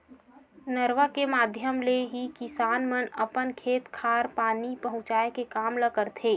नरूवा के माधियम ले ही किसान मन अपन खेत खार म पानी पहुँचाय के काम ल करथे